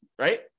right